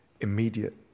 immediate